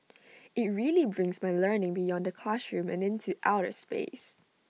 IT really brings my learning beyond the classroom and into outer space